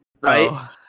Right